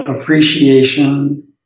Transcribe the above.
appreciation